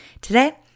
Today